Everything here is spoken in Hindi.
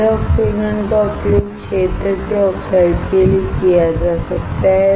गीले ऑक्सीकरण का उपयोग फील्ड आक्साइड के लिए किया जा सकता है